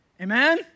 amen